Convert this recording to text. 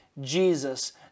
Jesus